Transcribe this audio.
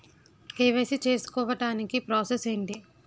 KYC చేసుకోవటానికి process ఏంటి?